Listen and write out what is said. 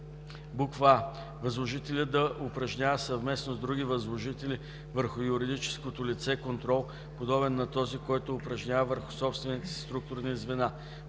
а) възложителят да упражнява съвместно с други възложители върху юридическото лице контрол, подобен на този, който упражнява върху собствените си структурни звена;